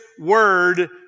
word